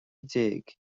déag